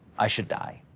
i should die.